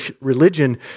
Religion